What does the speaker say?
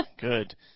Good